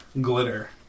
glitter